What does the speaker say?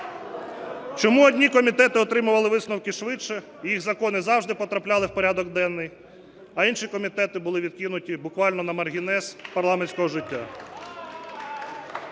Чому одні комітети отримували висновки швидше і їх закони завжди потрапляли в порядок денний, а інші комітети були відкинуті буквально на маргінес парламентського життя?